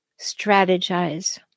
strategize